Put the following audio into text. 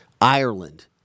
Ireland